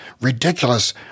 ridiculous